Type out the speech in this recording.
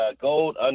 gold